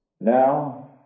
Now